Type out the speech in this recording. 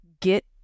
get